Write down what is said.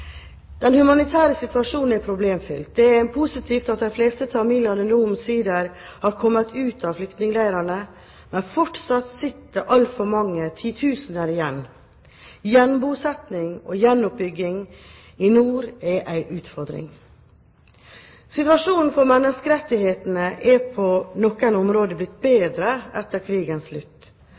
Den humanitære situasjonen er problemfylt. Det er positivt at de fleste tamilene nå omsider har kommet ut av flyktningleirene, men fortsatt sitter altfor mange titusener igjen. Gjenbosetting og gjenoppbygging i nord er en utfordring. Situasjonen for menneskerettighetene er på noen områder blitt bedre etter krigens